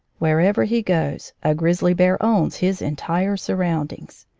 wherever he goes, a grizzly bear owns his entire sur roundings.